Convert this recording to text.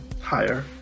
higher